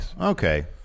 okay